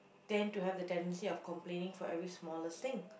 tend to have the tendency of complaining for every smallest thing